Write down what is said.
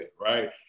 right